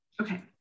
Okay